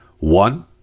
one